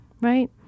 right